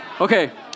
Okay